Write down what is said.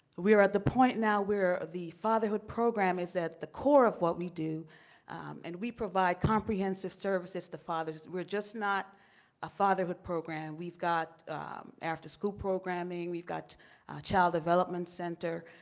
we're at the point now where the fatherhood program is at the core of what we do and we provide comprehensive services to fathers. we're just not a fatherhood program. we've got after school programming. we've got a child development center.